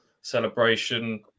celebration